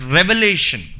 Revelation